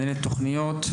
מנהלת התוכניות,